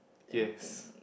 yes